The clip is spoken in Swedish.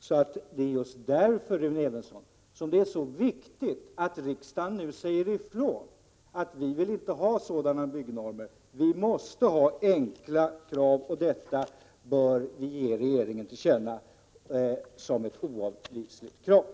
Det är just därför, Rune Evensson, som det är så viktigt att riksdagen nu säger ifrån att vi inte vill ha sådana byggnormer. Vi måste ha enkla normer — det är ett oavvisligt krav, och det bör vi ge regeringen till känna.